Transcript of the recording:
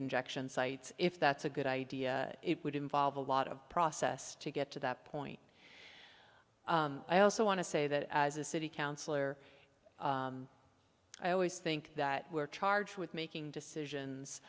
injection sites if that's a good idea it would involve a lot of process to get to that point i also want to say that as a city councillor i always think that we're charged with making decisions